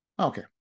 okay